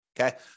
Okay